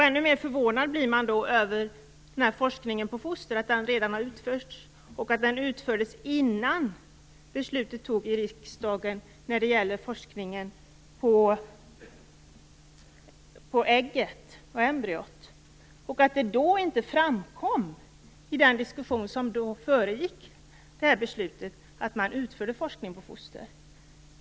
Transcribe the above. Ännu mer förvånad blir man över att forskning på foster redan har utförts, redan innan beslutet om forskning på embryon fattades i riksdagen och att det inte framkom i den diskussion som föregick beslutet att forskning på foster utfördes.